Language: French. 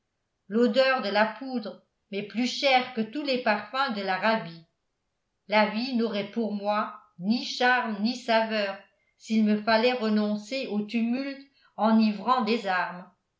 l'odeur de la poudre m'est plus chère que tous les parfums de l'arabie la vie n'aurait pour moi ni charmes ni saveur s'il me fallait renoncer au tumulte enivrant des armes